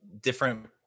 different